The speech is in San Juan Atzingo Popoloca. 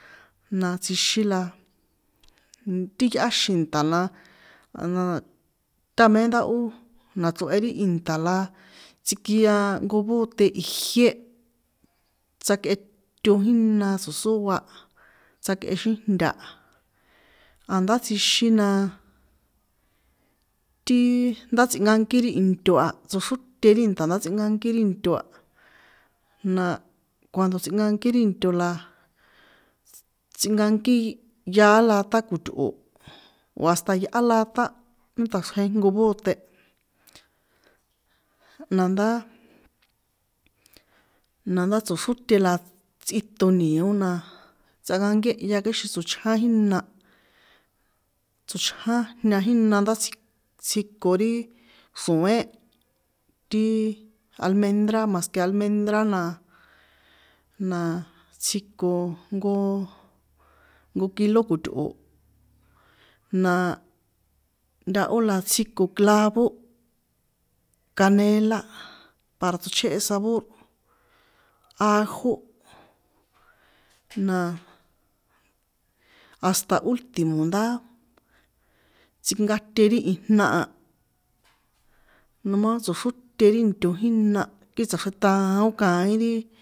Na tsjixin la ti yꞌáxin nṭa̱ la táme ó nachree ti ìnṭa̱ la tsikia nko bote ijié tsjakꞌeto jína tso̱sóa, tsjakꞌe xíjnta, a̱ndá tsjixin na, ti ndá tsꞌinkankí ri into a, tsoxróte ri nṭa̱ ndá tsꞌinkankí ri nto a, na cuando tsꞌinkankí ri nto la, tsꞌinkankí yaá lata co̱tꞌo̱ o̱ hasta yꞌá laṭa mé tsꞌaxrje jnko bóté, na ndá, nandá tsoxróte la tsꞌito ni̱o na, tsꞌankakiéhya kixin tsochján jína, tsochjájña jína ndá tsjiko ri xro̱én, ti almendra, mas ke almendrá na tsjiko jnko, nko kilo ko̱tꞌo̱, na ntahó la tsjiko clavó, canela, para tsochjéhe sabor, ajo, na hasta ultimo ndá tsꞌinkate ri ijna a, nomá tsoxróte ri nto jína kii tsꞌaxjeṭaón kaín ri.